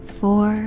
four